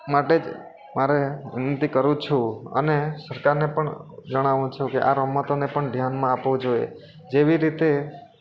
માટે જ મારે વિનંતી કરું છું અને સરકારને પણ જણાવું છું કે આ રમતોને પણ ધ્યાનમાં આપવું જોઈએ જેવી રીતે